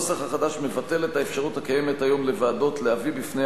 הנוסח החדש מבטל את האפשרות הקיימת היום לוועדות להביא בפני